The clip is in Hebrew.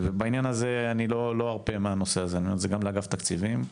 אני לא ארפה מהנושא הזה, אני פונה לאגף תקציבים,